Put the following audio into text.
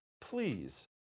Please